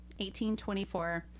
1824